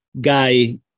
guy